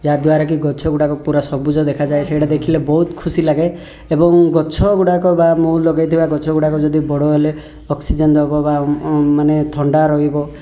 ଯାହାଦ୍ବାରା କି ଗଛଗୁଡ଼ାକ ପୁରା ସବୁଜ ଦେଖାଯାଏ ସେଟା ଦେଖିଲେ ବହୁତ ଖୁସି ଲାଗେ ଏବଂ ଗଛଗୁଡ଼ାକ ବା ମୁଁ ଲଗେଇଥିବା ଗଛ ଗୁଡ଼ାକ ଯଦି ବଡ଼ ହେଲେ ଅକ୍ସିଜେନ୍ ଦେବ ବା ମାନେ ଥଣ୍ଡା ରହିବ